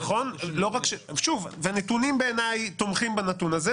נכון, והנתונים תומכים בנתון הזה.